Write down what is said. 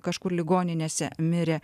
kažkur ligoninėse mirė